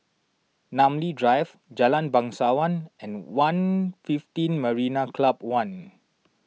Namly Drive Jalan Bangsawan and one fifteen Marina Club one